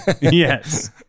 Yes